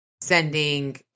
sending